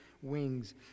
wings